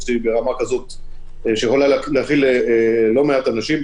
ברמה כזאת שיכול להכיל לא מעט אנשים,